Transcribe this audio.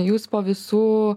jūs po visų